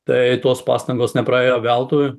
tai tos pastangos nepraėjo veltui